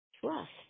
Trust